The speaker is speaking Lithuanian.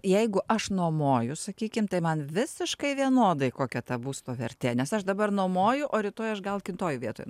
jeigu aš nuomoju sakykim tai man visiškai vienodai kokia ta būsto vertė nes aš dabar nuomoju o rytoj aš gal kitoj vietoj